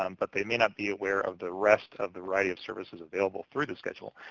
um but they may not be aware of the rest of the variety of services available through the schedule.